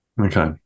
Okay